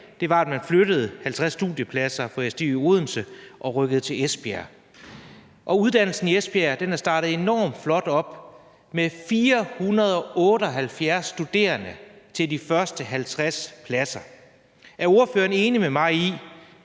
var jo, at man flyttede 50 studiepladser fra SDU Odense og rykkede dem til Esbjerg. Og uddannelsen i Esbjerg er startet enormt flot op med 478 ansøgninger til de første 50 pladser. Er ordføreren enig med mig i,